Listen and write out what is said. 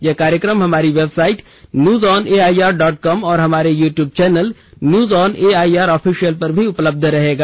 यह कार्यक्रम हमारी website news on AIR dot com और हमारे YouTube channel news on AIR official पर भी उपलब्ध होगा